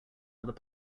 other